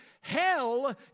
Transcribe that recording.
Hell